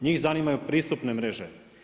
Njih zanimaju pristupne mreže.